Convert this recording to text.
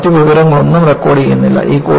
നമ്മൾ മറ്റ് വിവരങ്ങളൊന്നും റെക്കോർഡുചെയ്യുന്നില്ല